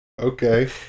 Okay